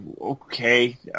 okay